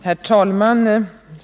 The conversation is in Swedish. Herr talman!